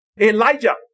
Elijah